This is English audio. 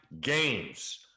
games